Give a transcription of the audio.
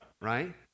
right